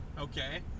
Okay